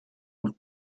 auf